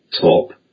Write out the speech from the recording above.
top